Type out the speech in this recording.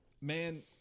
Man